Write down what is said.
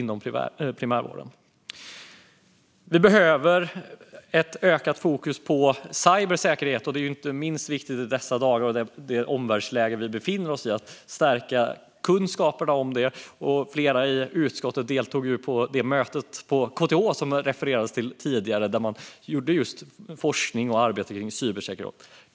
Vi behöver ett ökat fokus på cybersäkerhet. Det är inte minst viktigt i dessa dagar med det omvärldsläge som vi har att stärka kunskaperna om detta. Flera i utskottet deltog i det möte på KTH som det refererades till tidigare, där man bedriver forskning inom just cybersäkerhet.